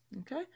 Okay